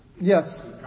Yes